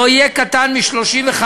לא יהיה קטן מ-35.